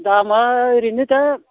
दामा ओरैनो दा